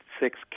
six